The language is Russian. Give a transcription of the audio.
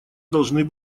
должны